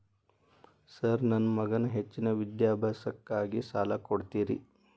Sir ನನ್ನ ಮಗನ ಹೆಚ್ಚಿನ ವಿದ್ಯಾಭ್ಯಾಸಕ್ಕಾಗಿ ಸಾಲ ಕೊಡ್ತಿರಿ?